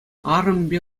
арӑмӗпе